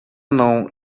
mną